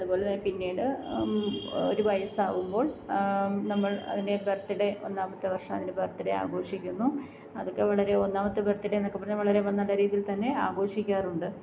അതുപോലെ തന്നെ പിന്നീട് ഒരു വയസാകുമ്പോള് നമ്മള് അതിന്റെ ബര്ത്ത്ഡേ ഒന്നാമത്തെ വര്ഷം അതിന്റെ ബര്ത്ത്ഡേ ആഘോഷിക്കുന്നു അതൊക്കെ വളരെ ഒന്നാമത്തെ ബര്ത്ത്ഡേ എന്നൊക്കെ പറഞ്ഞാൽ വളരെ നല്ല രീതിയില് തന്നെ ആഘോഷിക്കാറുണ്ട്